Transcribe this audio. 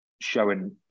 showing